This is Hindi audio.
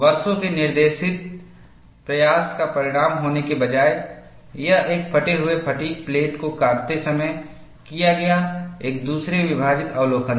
वर्षों के निर्देशित प्रयास का परिणाम होने के बजाय यह एक फटे हुए फ़ैटिग् प्लेट को काटते समय किया गया एक दूसरा विभाजित अवलोकन था